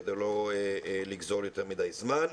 כדי לא לגזול יותר מדי זמן.